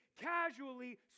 casually